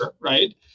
right